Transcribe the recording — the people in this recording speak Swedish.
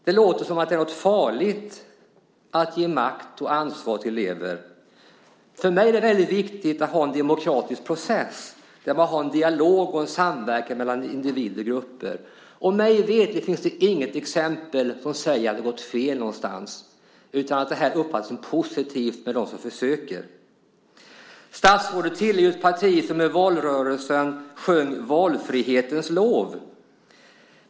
Det låter som om det vore farligt att ge makt och ansvar till elever. För mig är det viktigt att ha en demokratisk process där vi har en dialog och en samverkan mellan individer och grupper. Mig veterligt finns det inget exempel på att det har gått fel någonstans, utan detta uppfattas som positivt av dem som försöker. Statsrådet tillhör ett parti som i valrörelsen sjöng valfrihetens lov.